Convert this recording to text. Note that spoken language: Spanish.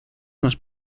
nos